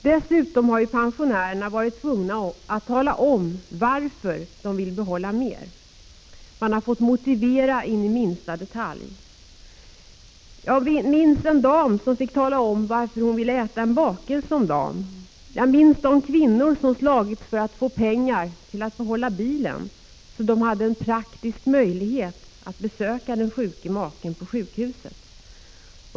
Dessutom har pensionärerna varit tvungna att tala om varför de vill behålla mer pengar. Man har fått motivera det in i minsta detalj. Jag minns en dam som fick tala om varför hon ville äta en bakelse om dagen, jag minns kvinnor som slagits för att få pengar till att behålla bilen, så att de hade en praktisk möjlighet att besöka den sjuke maken på sjukhuset.